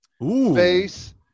face